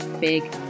big